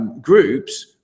groups